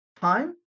time